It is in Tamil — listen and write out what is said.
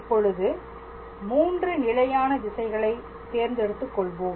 இப்பொழுது 3 நிலையான திசைகளை தேர்ந்தெடுத்துக் கொள்வோம்